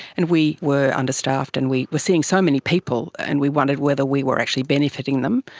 and we were understaffed and we were seeing so many people, and we wondered whether we were actually benefiting them.